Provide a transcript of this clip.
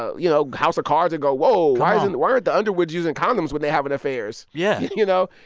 ah you know, house of cards and go, whoa, why isn't why aren't the underwoods using condoms when they having affairs, yeah you know?